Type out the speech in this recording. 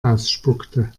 ausspuckte